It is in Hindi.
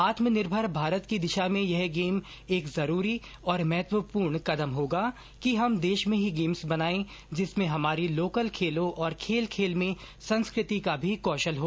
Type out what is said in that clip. आत्मनिर्भर भारत की दिशा में यह गेम एक जरूरी और महत्वपूर्ण कदम होगा कि हम देश में ही गेम्स बनाएं जिसमें हमारी लोकल खेलों और खेल खेल में संस्कृति का भी कौशल हो